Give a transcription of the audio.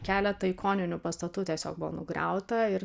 keletą ikoninių pastatų tiesiog buvo nugriauta ir